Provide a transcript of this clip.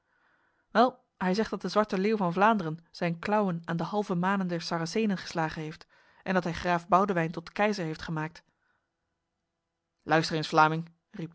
wel hij zegt dat de zwarte leeuw van vlaanderen zijn klauwen aan de halve manen der saracenen geslagen heeft en dat hij graaf boudewyn tot keizer heeft gemaakt luister eens vlaming